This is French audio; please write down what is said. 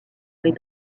les